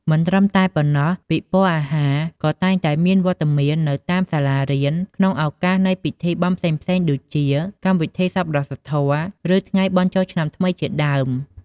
មិនតែប៉ុណ្ណោះ ពិព័រណ៍អាហារក៏តែងតែមានវត្តមាននៅតាមសាលារៀន ក្នុងឱកាសនៃពិធីបុណ្យផ្សេងៗដូចជា កម្មវិធីសប្បុរសធម៌ ឬថ្ងៃបុណ្យចូលឆ្នាំថ្មីជាដើម។